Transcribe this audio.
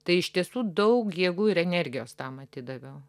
tai iš tiesų daug jėgų ir energijos tam atidaviau